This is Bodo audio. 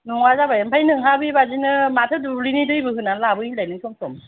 नङा जाबाय ओमफ्राय नोंहा बेबादिनो माथो दुब्लिनि दैबो होनानै लाबोयो होनलाय नों सम सम